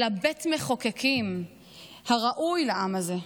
אלא זהו בית מחוקקים הראוי לעם הזה,